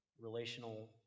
relational